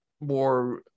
more